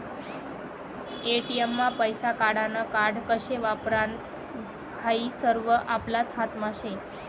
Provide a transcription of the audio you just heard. ATM मा पैसा काढानं कार्ड कशे वापरानं हायी सरवं आपलाच हातमा शे